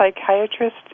psychiatrist